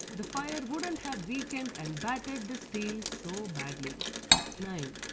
the fire wouldn't have weakened and battered the steel so badly nine.